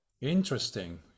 Interesting